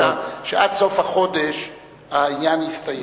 היתה שעד סוף החודש העניין יסתיים.